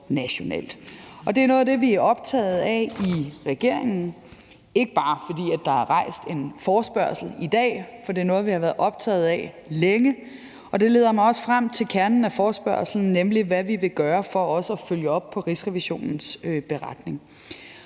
Det er noget af det, vi er optaget af i regeringen, ikke bare fordi der er rejst en forespørgsel i dag, for det er noget, vi har været optaget af længe. Det leder mig frem til kernen af forespørgslen, nemlig hvad vi vil gøre for at følge op på Rigsrevisionens beretning.